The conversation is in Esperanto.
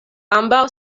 ambaŭ